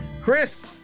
Chris